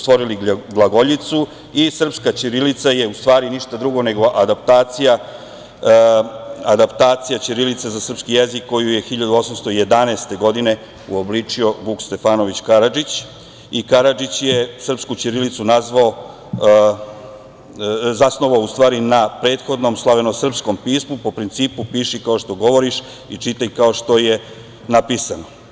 stvorili glagoljicu i srpska ćirilica je u stvari ništa drugo nego adaptacija ćirilice za srpski jezik, koju je 1811. godine uobličio Vuk Stefanović Karadžić i Karadžić je srpsku ćirilicu zasnovao na prethodnom slavenosrpskom pismu po principu: "Piši kao što govoriš i čitaj kao što je napisano"